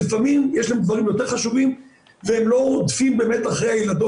לפעמים יש להם דברים יותר חשובים והם לא רודפים באמת אחרי הילדות